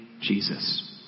Jesus